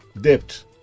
debt